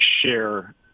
share